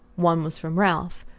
one was from ralph,